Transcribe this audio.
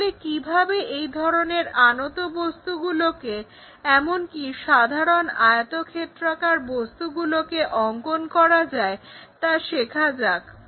তাহলে কিভাবে এই ধরনের আনত বস্তুগুলোকে এমনকি সাধারণ আয়তক্ষেত্রাকার বস্তুগুলোকে অংকন করা যায় তা শেখা যাক